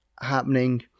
happening